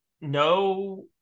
no